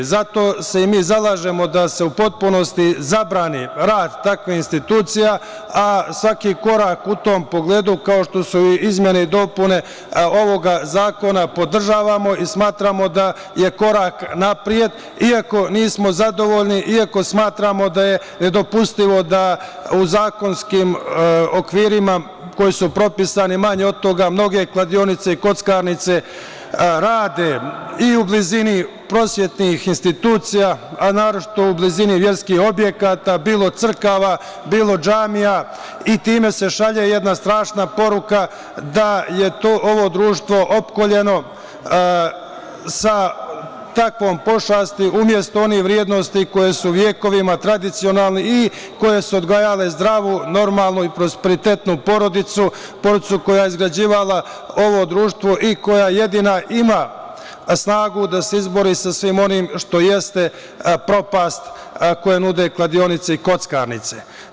Zato se i mi zalažemo da se u potpunosti zabrani rad takvih institucija, a svaki korak u tom pogledu, kao što su izmene i dopune ovog zakona, podržavamo i smatramo da je korak napred iako nismo zadovoljni, iako smatramo da je nedopustivo da u zakonskim okvirima, koji su propisani, manje od toga, mnoge kladionice i kockarnice rade i u blizini prosvetnih institucija, a naročito u blizini verskih objekata, bilo crkava, bilo džamija i time se šalje jedna strašna poruka da je ovo društvo opkoljeno sa takvom pošasti, umesto onih vrednosti koje su vekovima tradicionalni i koji su odgajali zdravu, normalnu i prosperitetnu porodicu, porodicu koja je izgrađivala ovo društvo i koja jedina ima snagu da se izbori sa svim onim što jeste propast koju nude kladionice i kockarnice.